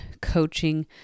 coaching